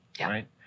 right